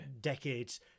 decades